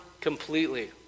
completely